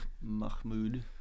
Mahmoud